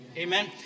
Amen